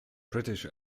british